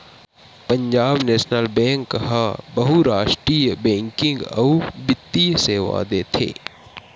Punjab National Bank ह बहुरास्टीय banking अउ बित्तीय सेवा देथे